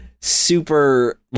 super